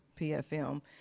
PFM